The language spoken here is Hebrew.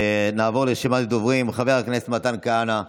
נעבור לרשימת הדוברים: חבר הכנסת מתן כהנא,